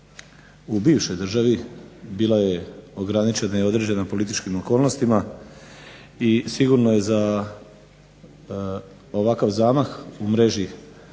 u bivšoj državi bila je ograničena i određena političkim okolnostima i sigurno je za ovakav zamah u mreži